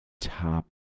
top